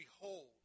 Behold